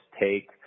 take